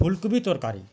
ଫୁଲ୍ କୁବି ତରକାରୀ